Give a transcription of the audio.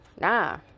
nah